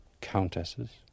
countesses